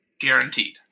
Guaranteed